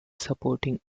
supporting